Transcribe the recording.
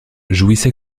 jouissent